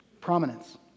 prominence